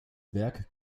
werk